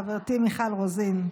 חברתי מיכל רוזין,